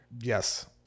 Yes